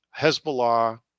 Hezbollah